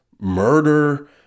murder